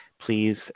Please